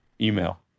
email